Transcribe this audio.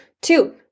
Two